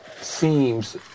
seems